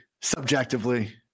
subjectively